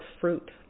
fruit